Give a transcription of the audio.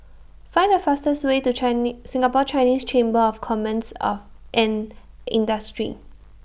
Find The fastest Way to Singapore Chinese Chamber of Commerce of and Industry